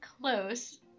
close